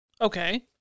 Okay